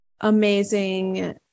amazing